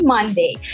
Monday